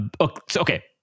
Okay